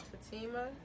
Fatima